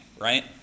right